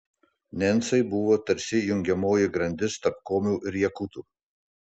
nencai buvo tarsi jungiamoji grandis tarp komių ir jakutų